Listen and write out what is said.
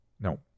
No